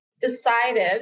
decided